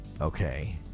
okay